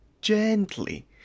gently